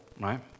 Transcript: Right